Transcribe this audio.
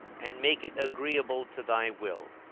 and make it agreeable to thy will.